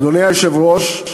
אדוני היושב-ראש,